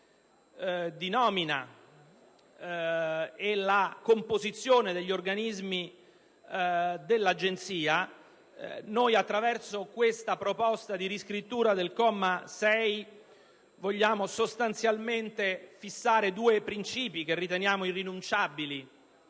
di nomina e la composizione degli organismi dell'Agenzia. Attraverso questa proposta di riscrittura del comma 6 vogliamo fissare due princìpi che riteniamo irrinunciabili: